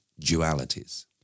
dualities